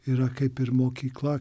yra kaip ir mokykla